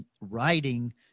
writing